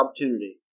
opportunity